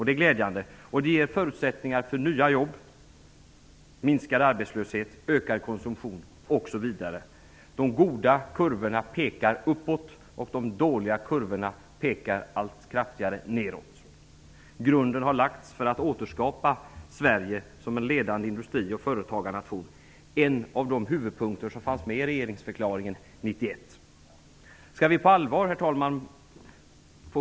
Det är glädjande och ger förutsättningar för nya jobb, minskad arbetslöshet, ökad konsumtion osv. De goda kurvorna pekar uppåt, och de dåliga kurvorna pekar allt kraftigare neråt. Grunden har lagts för att återskapa Sverige som en ledande industri och företagarnation -- en av huvudpunkterna i regeringsförklaringen 1991. Herr talman!